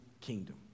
kingdom